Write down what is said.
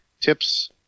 tips